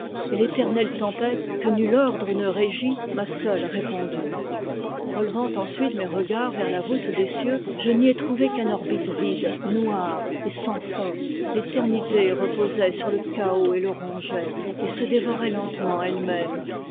et l'étern nette tempête que nul ordre ne régit m'a seule répondu relevant ensuite mes regards vers la voûte des cieux je n'y ai trouvé qu'un orbite vide noir et sans fond l'éternité reposait sur te chaos et le rongeait et se dévorait lentement n elle-même